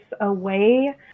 away